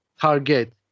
target